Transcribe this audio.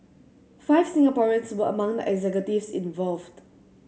five Singaporeans were among the executives involved